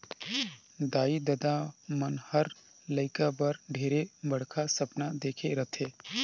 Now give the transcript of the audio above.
दाई ददा मन हर लेइका बर ढेरे बड़खा सपना देखे रथें